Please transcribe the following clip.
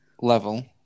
level